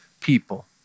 people